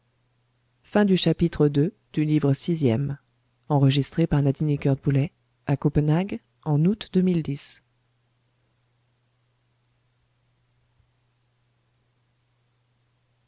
chapitre ii fauchelevent en présence de